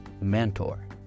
mentor